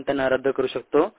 आपण त्यांना रद्द करू शकतो